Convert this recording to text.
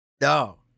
No